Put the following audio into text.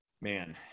man